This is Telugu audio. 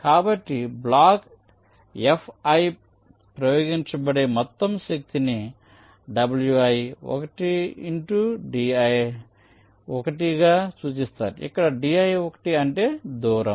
కాబట్టి బ్లాక్ Fi ప్రయోగించబడే మొత్తం శక్తిని wi1 ఇన్ టూ di1 గా సూచిస్తారు ఇక్కడ di1 అంటే దూరము